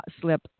slip